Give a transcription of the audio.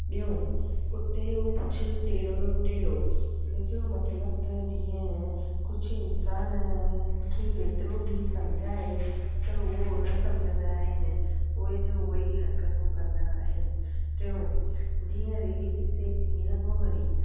ॿियो कुते जो पुछ टेढ़ो जो टेढ़ो हिनजो मतलबु त जीअं कुझु इंसान खे केतिरो बि समुझाए त उहो न समुझंदा आहिनि उह जो उह ई हरकतूं कंदा आहिनि टियों जीअं रेली पिसे तीअं ॻोहरी